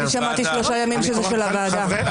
אני שמעתי שלושה ימים שזה של הוועדה.